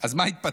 אז מה התפתח?